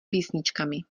písničkami